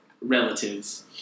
relatives